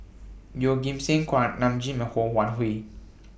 Yeoh Ghim Seng Kuak Nam Jin and Ho Wan Hui